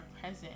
present